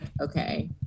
okay